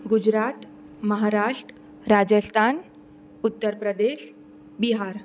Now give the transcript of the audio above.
Gujarat Maharashtra Rajasthan Uttar Pradesh Bihar